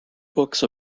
books